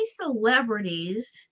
celebrities